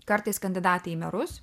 kartais kandidatai į merus